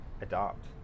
adopt